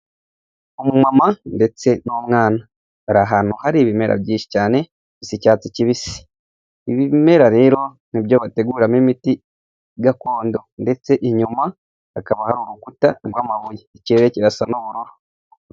Umumama ndetse n'umwana, hari ahantu hari ibimera byinshi cyane, bisa icyatsi kibisi, ibimera rero nibyo bateguramo imiti gakondo, ndetse inyuma hakaba hari urukuta rw'amabuye, ikirere kirasa n'ubururu.